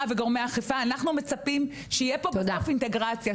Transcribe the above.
וגורמי האכיפה אנחנו מצפים שיהיה פה בסוף אינטגרציה.